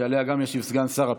שגם עליה ישיב סגן שר הפנים,